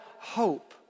hope